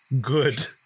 Good